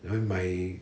you know my